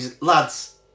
Lads